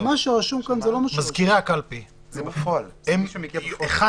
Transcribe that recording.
הם בדרך